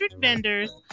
vendors